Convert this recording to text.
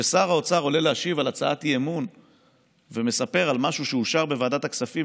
המשפטית לוועדת הכנסת, ולצוות הלשכה שלי.